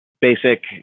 basic